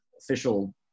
official